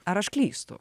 ar aš klystu